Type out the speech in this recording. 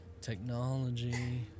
technology